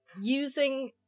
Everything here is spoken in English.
using